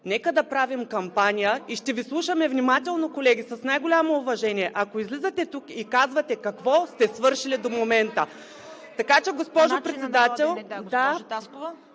нека да правим кампания, и ще Ви слушаме внимателно, колеги, с най-голямо уважение, ако излизате тук и казвате какво сте свършили до момента. Така че, госпожо Председател...